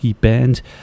Band